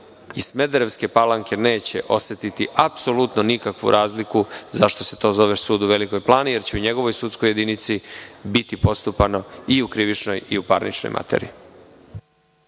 iz Smederevske Palanke neće osetiti apsolutno nikakvu razliku zašto se to zove sud u Velikoj Plani, jer će u njegovoj sudskoj jedinici biti postupano i u krivičnoj i parničnoj materiji.